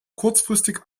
kurzfristig